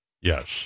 Yes